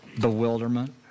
bewilderment